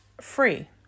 free